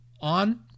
on